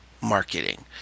marketing